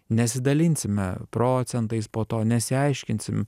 nesidalinsime procentais po to nesiaiškinsim